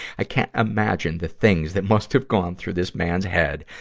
i can't imagine the things that must have gone through this man's head,